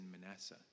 manasseh